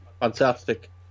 Fantastic